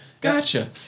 Gotcha